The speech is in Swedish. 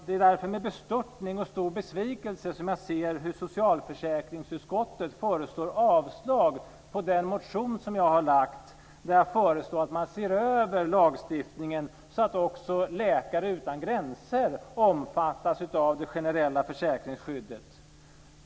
Det är därför med bestörtning och stor besvikelse som jag ser hur socialförsäkringsutskottet föreslår avslag på den motion som jag har väckt där jag föreslår att man ser över lagstiftningen så att också de som arbetar för Läkare utan gränser omfattas av det generella försäkringsskyddet.